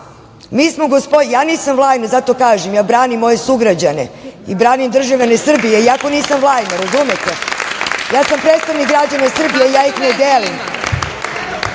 pismo. Ja nisam Vlajna, zato kažem, ja branim svoje sugrađane i branim državljane Srbije iako nisam Vlajna. Razumete, ja sam predstavnik građana Srbije, ja ih ne delim. Kažem,